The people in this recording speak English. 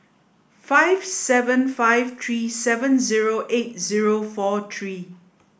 five seven five three seven zero eight zero four three